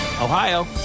Ohio